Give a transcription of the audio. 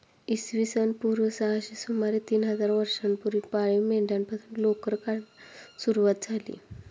इसवी सन पूर्व सहाशे सुमारे तीन हजार वर्षांपूर्वी पाळीव मेंढ्यांपासून लोकर काढण्यास सुरवात झाली